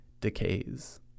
decays